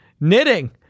Knitting